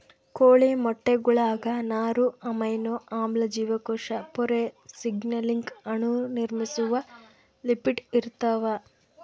ಕೋಳಿ ಮೊಟ್ಟೆಗುಳಾಗ ನಾರು ಅಮೈನೋ ಆಮ್ಲ ಜೀವಕೋಶ ಪೊರೆ ಸಿಗ್ನಲಿಂಗ್ ಅಣು ನಿರ್ಮಿಸುವ ಲಿಪಿಡ್ ಇರ್ತಾವ